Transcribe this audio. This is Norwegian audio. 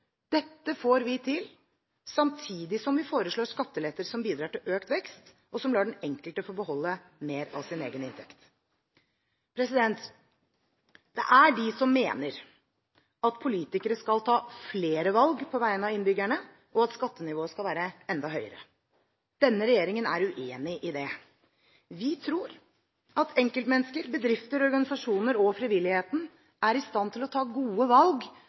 Dette får vi til samtidig som vi foreslår skatteletter som bidrar til økt vekst, og som lar den enkelte få beholde mer av sin egen inntekt. Det er de som mener at politikere skal ta flere valg på vegne av innbyggerne, og at skattenivået skal være enda høyere. Denne regjeringen er uenig i det. Vi tror at enkeltmennesker, bedrifter, organisasjoner og frivilligheten er i stand til å ta gode valg